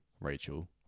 Rachel